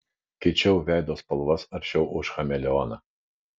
keičiau veido spalvas aršiau už chameleoną